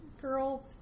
Girl